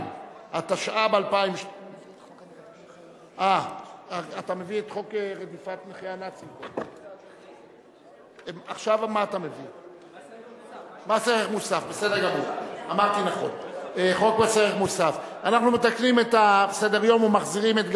התשע"ב 2012. אנחנו מתקנים את סדר-היום ומחזירים את גפני,